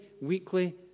weekly